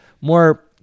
more